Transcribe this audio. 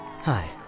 Hi